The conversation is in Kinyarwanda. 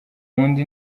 nkunda